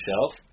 shelf